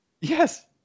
yes